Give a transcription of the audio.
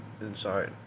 inside